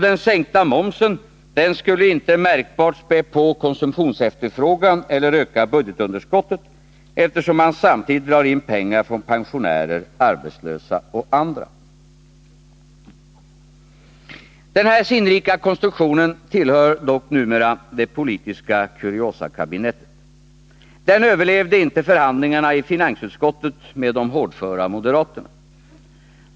Den sänkta momsen skulle inte märkbart spä på konsumtionsefterfrågan eller öka budgetunderskottet — eftersom man samtidigt drar in pengar från pensionärer, arbetslösa och andra. Den här sinnrika konstruktionen tillhör dock numera det politiska kuriosakabinettet. Den överlevde inte förhandlingarna i finansutskottet med de hårdföra moderaterna.